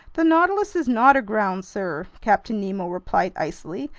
the nautilus is not aground, sir, captain nemo replied icily.